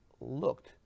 looked